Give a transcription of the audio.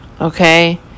Okay